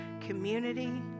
community